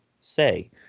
say